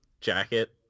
jacket